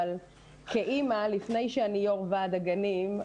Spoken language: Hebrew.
אבל כאימא לפני שאני יו"ר ועד הגנים,